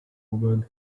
woman